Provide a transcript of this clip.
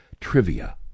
trivia